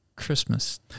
christmas